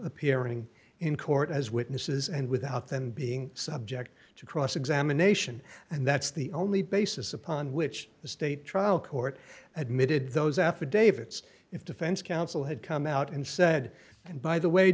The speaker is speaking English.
appearing in court as witnesses and without them being subject to cross examination and that's the only basis upon which the state trial court admitted those affidavits if defense counsel had come out and said and by the way